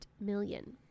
million